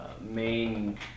main